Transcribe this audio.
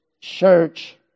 church